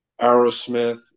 Aerosmith